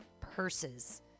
purses